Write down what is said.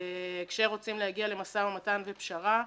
כשרוצים להגיע למשא ומתן ופשרה,